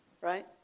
Right